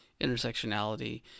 intersectionality